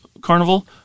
Carnival